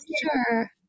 sure